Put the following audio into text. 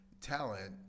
talent